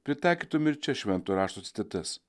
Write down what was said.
pritaikytum ir čia šventojo rašto citatas